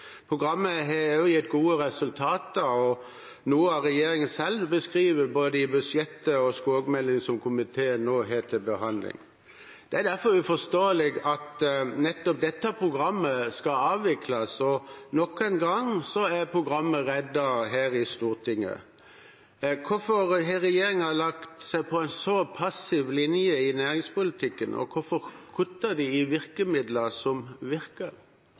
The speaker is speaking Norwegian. Programmet har også gitt gode resultater, noe regjeringen selv beskriver både i budsjettet og i skogmeldingen som komiteen nå har til behandling. Det er derfor uforståelig at nettopp dette programmet skal avvikles, og nok en gang er programmet reddet her i Stortinget. Hvorfor har regjeringen lagt seg på en så passiv linje i næringspolitikken? Og hvorfor kutter en i virkemidler som virker?